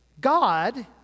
God